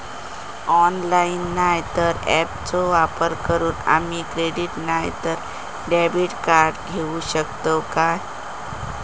Online नाय तर ऍपचो वापर करून आम्ही क्रेडिट नाय तर डेबिट कार्ड घेऊ शकतो का?